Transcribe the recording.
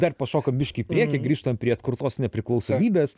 dar pašokam biški į priekį grįžtam prie atkurtos nepriklausomybės